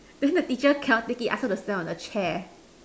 then the teacher cannot take it ask her to stand on the chair